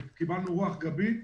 קיבלנו רוח גבית.